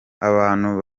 abantu